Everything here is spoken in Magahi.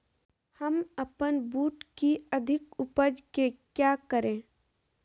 हम अपन बूट की अधिक उपज के क्या करे?